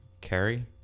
carry